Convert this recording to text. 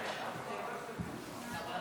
שתי שניות,